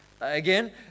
Again